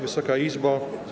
Wysoka Izbo!